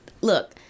look